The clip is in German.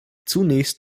zunächst